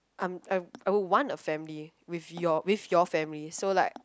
I I I want a family with your with your family so like